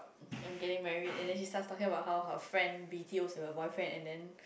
I'm getting married and then she starts talking about how her friend b_t_os with her boyfriend and then